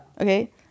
Okay